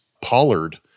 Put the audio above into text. Pollard